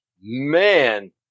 Man